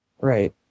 Right